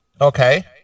okay